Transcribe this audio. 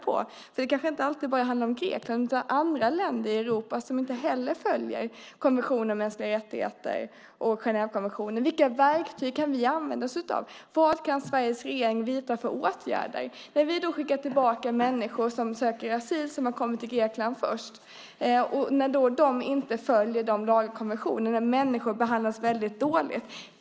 Det handlar kanske inte bara om Grekland utan om andra länder i Europa som inte heller följer konventionen om mänskliga rättigheter och Genèvekonventionen. Vilka verktyg kan vi använda oss av? Vilka åtgärder kan Sveriges regering vidta när vi skickar tillbaka människor som söker asyl till Grekland dit de först har kommit och som inte följer lagar och konventioner? Människor behandlas väldigt dåligt?